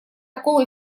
оковы